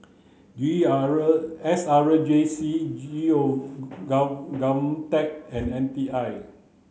S R J C G O and N T I